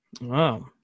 Wow